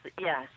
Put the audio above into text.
yes